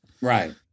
right